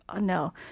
no